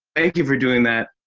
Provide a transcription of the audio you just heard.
thank you for doing that.